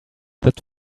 that